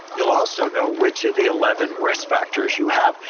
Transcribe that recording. you'll also know which of the eleven risk factors you have.